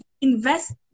invest